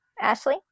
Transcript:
Ashley